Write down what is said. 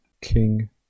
king